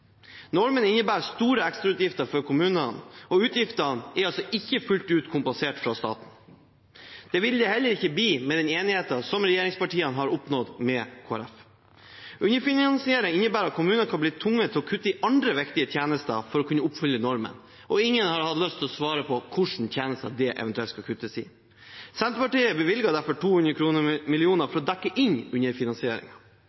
Normen innebærer store ekstrautgifter for kommunene, og utgiftene er ikke fullt ut kompensert fra staten. Det vil de heller ikke bli med den enigheten som regjeringspartiene har oppnådd med Kristelig Folkeparti. Underfinansieringen innebærer at kommunene kan bli tvunget til å kutte i andre viktige tjenester for å kunne oppfylle normen. Ingen har hatt lyst til å svare på hvilke tjenester det eventuelt skal kuttes i. Senterpartiet bevilger derfor 200